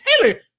Taylor